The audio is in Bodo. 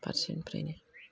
फारसेनिफ्रायनो